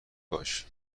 باش